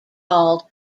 called